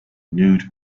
nude